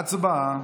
הצבעה.